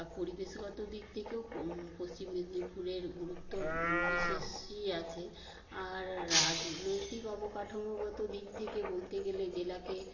আর পরিবেশগত দিক থেকেও পশ্চিম মেদিনীপুরের গুরুত্ব বিশেষই আছে আর রাজনৈতিক অবকাঠামোগত দিক থেকে বলতে গেলে জেলাকে